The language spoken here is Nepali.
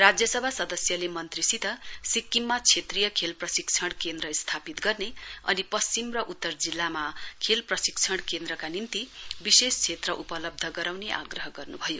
राज्यसभा सदस्यले मन्त्रीसित सिक्किममा क्षेत्रीय खेल प्रशिक्षण केन्द्र स्थापित गर्ने अनि पश्चिम र उत्तर जिल्लामा खेल प्रशिक्षण केन्द्रका निम्ति विशेष क्षेत्र उपलब्ध गराउने आग्रह गर्नु भयो